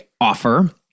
offer